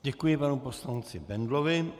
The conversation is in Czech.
Děkuji panu poslanci Bendlovi.